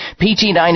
PT9